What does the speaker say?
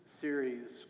series